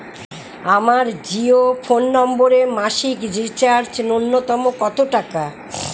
আমার জিও ফোন নম্বরে মাসিক রিচার্জ নূন্যতম কত টাকা?